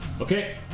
Okay